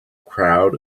crowd